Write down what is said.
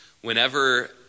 whenever